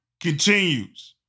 continues